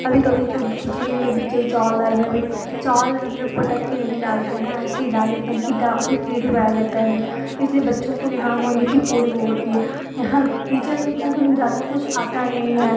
कभी कभी तो खिचड़ी में भी चाहे चावल दाल में भी चावल जब लोग फटक कर नहीं डालते हैं ऐसे ही डाल देते हैं किटा उसमे कीड़ी पाया जाता है इसलिए बच्चों को बीमार होने कि पूरी वो होती है यहाँ टीचर्स को कुछ ज़्यादा कुछ आता नहीं है